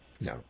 no